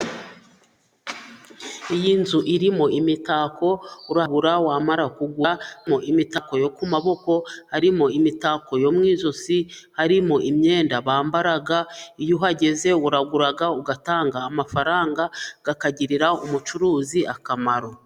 Iyi nzu irimo imitako, uragura wamara kugura mo imitako yo ku maboko, harimo imitako yo mu ijosi, harimo imyenda bambara, iyo uhageze uraragura ugatanga amafaranga, akagirira umucuruzi akamaro.